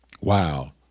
Wow